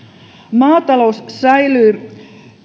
maatalous säilyy